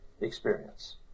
experience